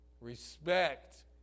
respect